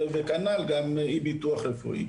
וכנ"ל גם אי ביטוח רפואי.